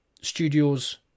studios